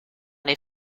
les